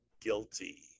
guilty